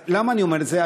למה אני אומר את זה?